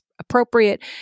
appropriate